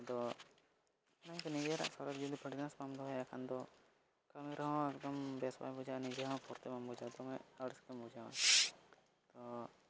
ᱟᱫᱚ ᱚᱱᱟ ᱜᱮ ᱱᱤᱡᱮᱨᱟᱜ ᱥᱚᱨᱤᱨ ᱡᱩᱫᱤ ᱯᱷᱤᱴᱱᱮᱥ ᱵᱟᱢ ᱫᱚᱦᱚᱭᱟ ᱮᱱᱠᱷᱟᱱ ᱫᱚ ᱠᱟᱹᱢᱤ ᱨᱮᱦᱚᱸ ᱮᱠᱫᱚᱢ ᱵᱮᱥ ᱵᱟᱭ ᱵᱩᱡᱷᱟᱹᱜᱼᱟ ᱱᱤᱡᱮ ᱦᱚᱸ ᱯᱷᱩᱨᱛᱤ ᱵᱟᱢ ᱵᱩᱡᱟ ᱫᱚᱢᱮ ᱟᱹᱲᱤᱥ ᱜᱮᱢ ᱵᱩᱡᱷᱟᱹᱣᱟ ᱛᱚ